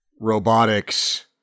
robotics